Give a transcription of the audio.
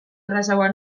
errazagoa